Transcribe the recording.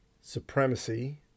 Supremacy